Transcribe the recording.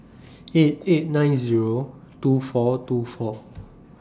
eight eight nine Zero two four two four